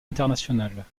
internationale